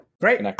Great